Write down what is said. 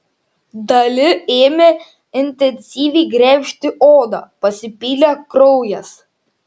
dali ėmė intensyviai gremžti odą pasipylė kraujas